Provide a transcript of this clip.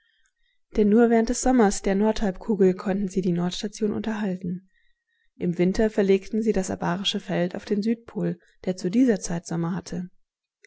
denn nur während des sommers der nordhalbkugel konnten sie die nordstation unterhalten im winter verlegten sie das abarische feld auf den südpol der zu dieser zeit sommer hatte